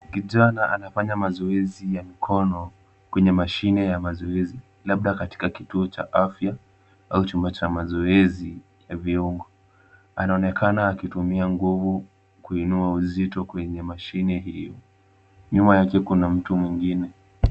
Kijana anafanya mazoezi ya mkono kwenye mashine ya mazoezi labda katika kituo cha afya au chumba cha mazoezi ya viungo. Anaonekana akitumia nguvu kuinua uzito kwenye mashine hiyo. Nyuma yake kuna mtu mwingine.